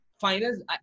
Finals